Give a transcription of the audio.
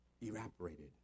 evaporated